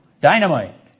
Dynamite